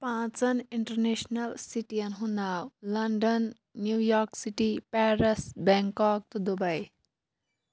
پانٛژَن international citizen ہُنٛد ناو London New York City Paris Bangkok تہٕ دُبے